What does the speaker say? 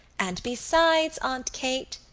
and besides, aunt kate,